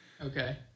okay